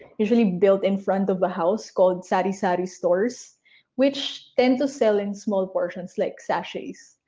usually built in front of a house called sari-sari stores which tend to sell in small portions like sachets,